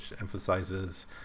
emphasizes